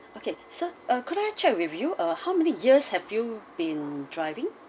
okay so uh could I check with you ah how many years have you been driving